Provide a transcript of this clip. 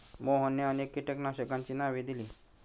मोहनने अनेक कीटकनाशकांची नावे दिली